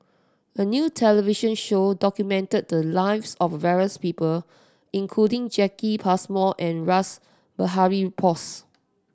a new television show documented the lives of various people including Jacki Passmore and Rash Behari Bose